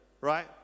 right